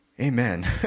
Amen